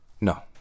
No